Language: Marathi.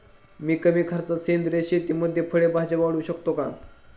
मी कमी खर्चात सेंद्रिय शेतीमध्ये फळे भाज्या वाढवू शकतो का?